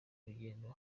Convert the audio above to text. rugendo